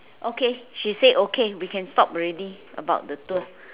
okay she said okay we can stop already about the tour